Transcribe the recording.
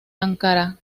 ankara